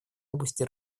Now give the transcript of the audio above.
области